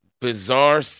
bizarre